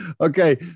okay